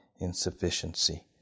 insufficiency